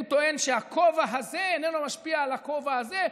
הוא טוען שהכובע הזה איננו משפיע על הכובע הזה,